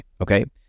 okay